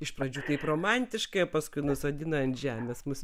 iš pradžių taip romantiškai paskui nusodina ant žemės mus